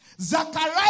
Zachariah